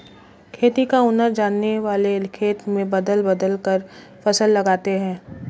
खेती का हुनर जानने वाले खेत में बदल बदल कर फसल लगाते हैं